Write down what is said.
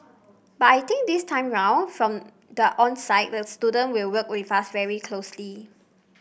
but I think this time round from the onset the student will work with us very closely